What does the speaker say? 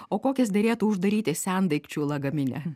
o kokias derėtų uždaryti sendaikčių lagamine